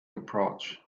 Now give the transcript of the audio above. approach